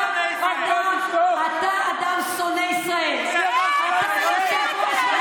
אתה אדם שונא ישראל, תתביישי